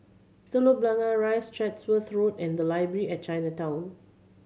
Telok Blangah Rise Chatsworth Road and Library at Chinatown